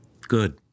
Good